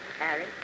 Harry